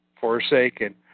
forsaken